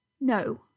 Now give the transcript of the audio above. No